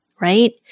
right